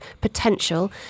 potential